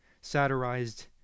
satirized